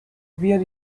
were